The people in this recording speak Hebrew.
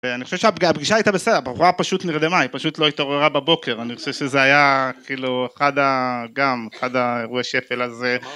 אני חושב שהפגישה הייתה בסדר, הבחורה פשוט נרדמה, היא פשוט לא התעוררה בבוקר, אני חושב שזה היה... כאילו, אחד ה... גם, אחד האירועי השפל, אז